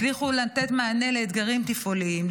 הצליחו לתת מענה לאתגרים תפעוליים,